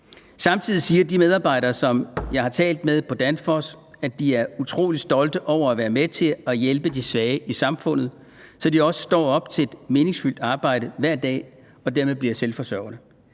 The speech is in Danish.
Samtidig siger de medarbejdere, som jeg har talt med på Danfoss, at de er utrolig stolte over at være med til at hjælpe de svage i samfundet, så de også står op til et meningsfuldt arbejde hver dag og dermed bliver selvforsørgende.